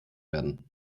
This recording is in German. werden